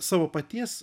savo paties